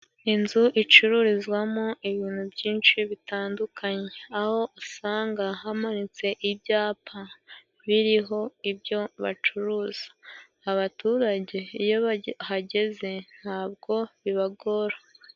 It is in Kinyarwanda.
Inzu icururizwamo ibintu byinshi bitandukanye, aho usanga hamanitse ibyapa biriho ibyo bacuruza. Abaturage iyo bahageze ntabwo bibagora.